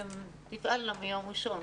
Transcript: והן תפעלנה מיום ראשון.